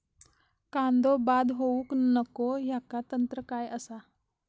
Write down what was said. कांदो बाद होऊक नको ह्याका तंत्र काय असा?